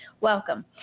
welcome